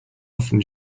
often